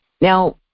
now